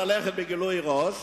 ללכת בגילוי ראש.